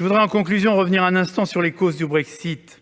En conclusion, je reviendrai sur les causes du Brexit,